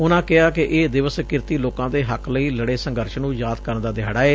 ਉਨੂਾ ਕਿਹਾ ਕਿ ਇਹ ਦਿਵਸ ਕਿਰਤੀ ਲੋਕਾਂ ਦੇ ਹੱਕ ਲਈ ਲੜੇ ਸੰਘਰਸ਼ ਨੂੰ ਯਾਦ ਕਰਨ ਦਾ ਦਿਹਾੜਾ ਏ